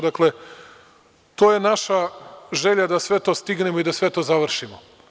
Dakle, to je naša želja da sve to stignemo i da sve to završimo.